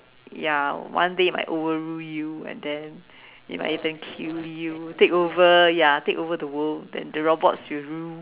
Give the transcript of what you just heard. ya one day might overrule you and then it might then kill you take over ya take over the world and the robots will rule